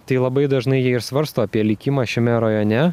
tai labai dažnai jie ir svarsto apie likimą šiame rajone